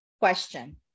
question